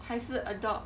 还是 adopt